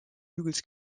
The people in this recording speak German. hügels